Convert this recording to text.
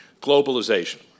globalization